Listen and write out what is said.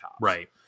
Right